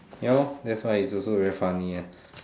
ya lor that's why it's also very funny ah